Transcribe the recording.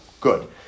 Good